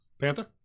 Panther